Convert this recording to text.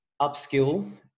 upskill